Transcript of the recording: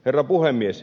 herra puhemies